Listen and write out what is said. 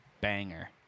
banger